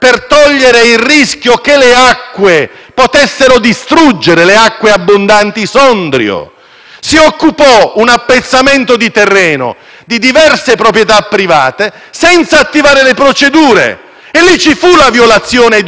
occupò un appezzamento di terreno di diverse proprietà private senza attivare le procedure. Lì ci fu la violazione di una regola, una norma, un bene custodito, qual è la proprietà privata, per evitare un rischio